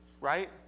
right